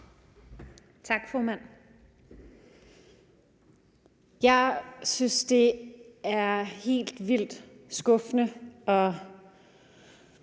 Tak, formand. Jeg synes, det er helt vildt skuffende,